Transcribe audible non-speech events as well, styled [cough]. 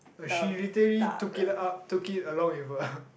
she literally took it up took it along with her [breath]